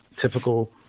typical